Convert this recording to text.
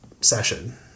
session